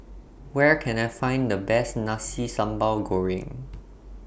Where Can I Find The Best Nasi Sambal Goreng